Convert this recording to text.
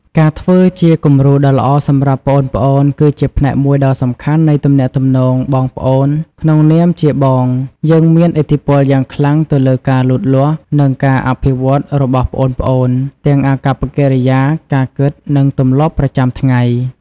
ការធ្វើជាគំរូដ៏ល្អសម្រាប់ប្អូនៗ គឺជាផ្នែកមួយដ៏សំខាន់នៃទំនាក់ទំនងបងប្អូន ក្នុងនាមជាបង យើងមានឥទ្ធិពលយ៉ាងខ្លាំងទៅលើការលូតលាស់ និងការអភិវឌ្ឍរបស់ប្អូនៗ ទាំងអាកប្បកិរិយា ការគិត និងទម្លាប់ប្រចាំថ្ងៃ ។